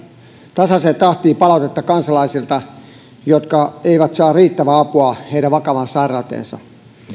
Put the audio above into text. tasaiseen tahtiin palautetta kansalaisilta jotka eivät saa riittävää apua vakavaan sairauteensa